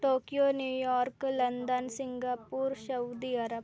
Tokyo New York London Singapore Saudi Arabia